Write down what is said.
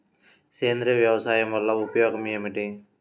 సేంద్రీయ వ్యవసాయం వల్ల ఉపయోగం ఏమిటి?